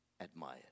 admired